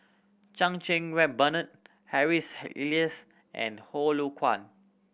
Chan Cheng Wah Bernard Harry's Elias and